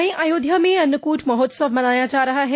वहीं अयोध्या में अन्नकूट महोत्सव मनाया जा रहा है